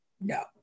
no